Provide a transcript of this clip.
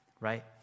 Right